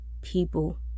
people